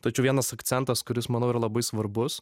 tačiau vienas akcentas kuris manau yra labai svarbus